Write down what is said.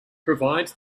provides